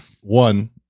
One